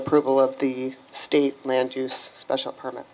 approval of the state land use special permit